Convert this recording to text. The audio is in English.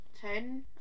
ten